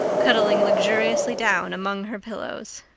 cuddling luxuriously down among her pillows.